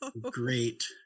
great